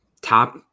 top